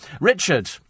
Richard